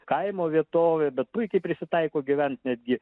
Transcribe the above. kaimo vietovė bet puikiai prisitaiko gyvent netgi